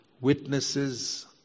witnesses